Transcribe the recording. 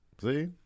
See